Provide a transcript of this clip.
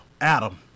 Adam